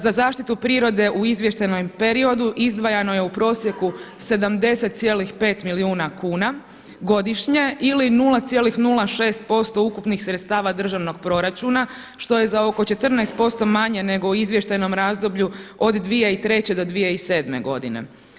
Za zaštitu prirode u izvještajnom periodu izdvajano je u prosjeku 70,5 milijuna kuna godišnje ili 0,06% ukupnih sredstava državnog proračuna što je za oko 14% manje nego u izvještajnom razdoblju od 2003. do 2007. godine.